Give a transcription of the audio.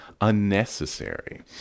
unnecessary